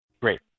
Great